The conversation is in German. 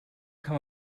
kann